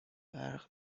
برق